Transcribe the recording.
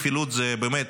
כפילות זה באמת